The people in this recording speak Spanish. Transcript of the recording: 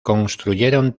construyeron